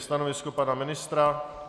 Stanovisko pana ministra?